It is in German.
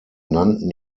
nannten